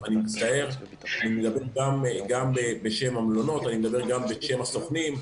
אני מדבר גם בשם המלונות וגם בשם הסוכנים.